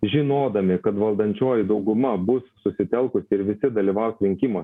žinodami kad valdančioji dauguma bus susitelkusi ir visi dalyvaus rinkimuos